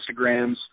Instagrams